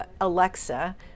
Alexa